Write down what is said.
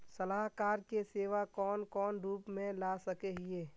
सलाहकार के सेवा कौन कौन रूप में ला सके हिये?